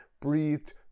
breathed